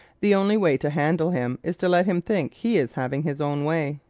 the only way to handle him is to let him think he is having his own way.